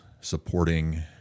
supporting